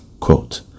quote